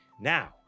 Now